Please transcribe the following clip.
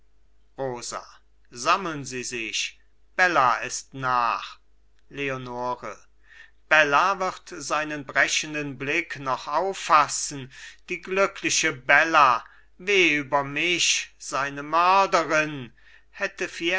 rosa sammeln sie sich bella ist nach leonore bella wird seinen brechenden blick noch auffassen die glückliche bella weh über mich seine mörderin hätte